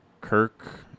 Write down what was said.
Kirk